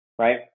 right